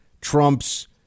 Trump's